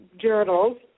journals